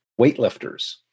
weightlifters